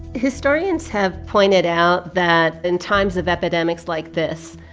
historians have pointed out that in times of epidemics like this,